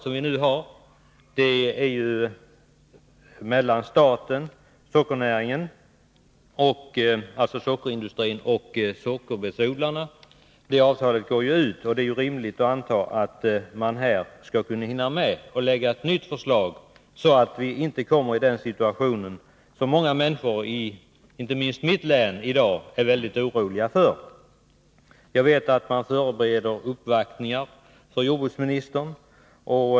Det nuvarande avtalet mellan staten, sockerindustrin och sockerbetsodlarna går ju nu ut, och det är då rimligt att anta att man dessförinnan skall hinna lägga fram ett nytt förslag, så att vi inte hamnar i en situation som många människor, inte minst i mitt län, i dag är mycket oroliga för. Jag vet att man förbereder uppvaktningar hos jordbruksministern.